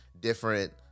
Different